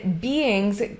beings